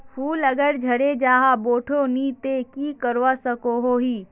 फूल अगर झरे जहा बोठो नी ते की करवा सकोहो ही?